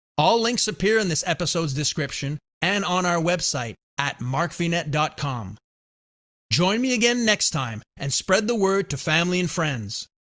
all links appear in this episode's description and on our website at markvinet dot com join me again next time and spread the word to family and friends.